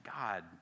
God